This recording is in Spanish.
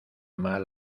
mal